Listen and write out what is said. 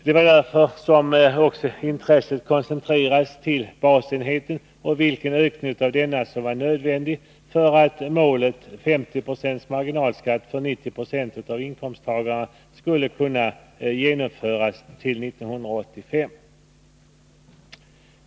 Det var därför som intresset koncentrerades till vilken ökning av basenheten som var nödvändig för att målet — en marginalskatt på 50 2 för 90 7 av inkomsttagarna — skulle kunna genomföras till 1985.